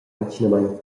atgnamein